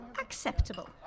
Acceptable